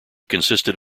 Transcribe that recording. consisted